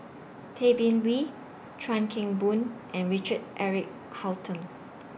Tay Bin Wee Chuan Keng Boon and Richard Eric Holttum